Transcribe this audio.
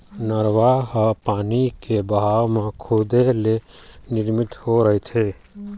नरूवा ह पानी के बहाव म खुदे ले निरमित होए रहिथे